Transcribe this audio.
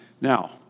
Now